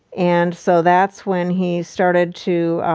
and so that's when he started to,